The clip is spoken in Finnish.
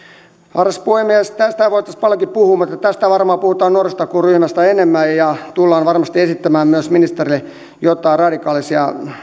arvoisa puhemies tästähän voitaisiin paljonkin puhua mutta tästä varmaan puhutaan nuorisotakuuryhmässä enemmän ja tullaan varmasti esittämään myös ministerille jotain radikaalisia